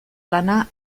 lana